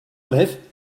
live